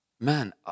man